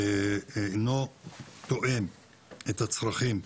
אינו תואם את הצרכים.